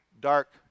dark